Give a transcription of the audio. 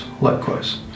likewise